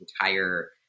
entire